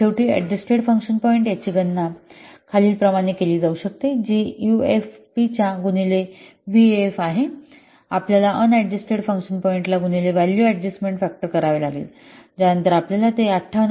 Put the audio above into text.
तर शेवटी adjusted function point याची गणना खालील प्रमाणे केली जाऊ शकते जी यूएफ़पीच्या गुणिले व्हिएएफ आहे आपल्याला अन अडजस्टेड फंक्शन पॉईंटला गुणिले व्हॅल्यू अडजस्टमेन्ट फॅक्टर करावे लागेल ज्यानंतर आपल्याला ते 58